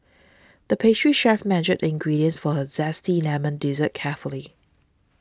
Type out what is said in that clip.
the pastry chef measured the ingredients for a Zesty Lemon Dessert carefully